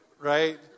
Right